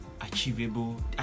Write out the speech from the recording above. achievable